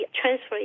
transfer